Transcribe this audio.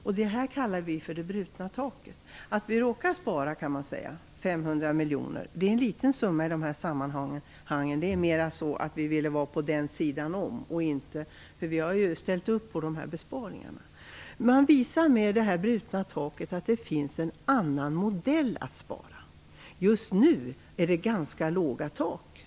Vi kallar detta för det brutna taket. Att vi råkar spara 500 miljoner - det är en liten summa i de här sammanhangen - handlar mer om att vi vill vara på den sidan eftersom vi har ställt upp på besparingarna. Med det brutna taket visar vi att det finns en annan modell att spara. Just nu är det ganska låga tak.